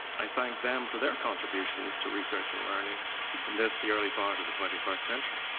i thank them for their contributions to research and learning in this, the early part of the twenty first century.